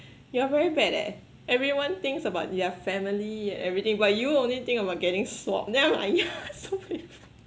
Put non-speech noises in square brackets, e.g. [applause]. you are very bad eh everyone thinks about their family and everything but you only think about getting swabbed then I'm like yeah [laughs] so painful